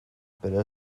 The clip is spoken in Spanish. pero